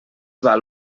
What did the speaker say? val